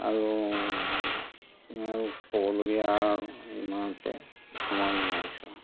আৰু ক'বলগীয়া ইমানতে সামৰণী মাৰিছোঁ